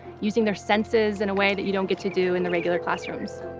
using their senses in a way that you don't get to do in the regular classroom,